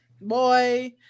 boy